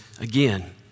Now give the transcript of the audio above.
again